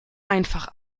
einfach